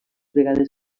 vegades